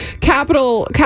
capital